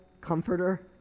comforter